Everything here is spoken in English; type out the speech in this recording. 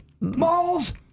Malls